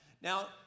Now